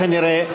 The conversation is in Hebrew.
כנראה,